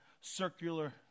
circular